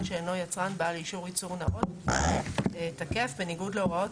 שאינו יצרן בעל אישור ייצור נאות תקף בניגוד להוראות